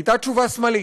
הייתה תשובה שמאלית.